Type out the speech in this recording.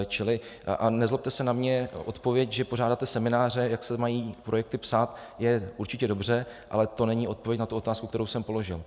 Čili, a nezlobte se na mě, odpověď, že pořádáte semináře, jak se mají projekty psát, je určitě dobře, ale to není odpověď na tu otázku, kterou jsem položil.